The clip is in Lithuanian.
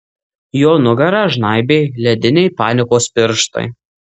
jo nugarą žnaibė lediniai panikos pirštai